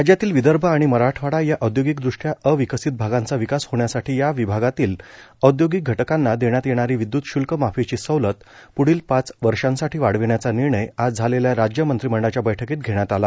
राज्यातील विदर्भ आणि मराठवाडा या औद्योगिकृष्ट्या अविकसित भागांचा विकास होण्यासाठी या विभागातील औद्योगिक घटकांना देण्यात येणारी विदय्त श्ल्क माफीची सवलत प्ढील पाच वर्षांसाठी वाढविण्याचा निर्णय आज झालेल्या राज्य मंत्रिमंडळाच्या बैठकीत घेण्यात आला